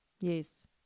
Yes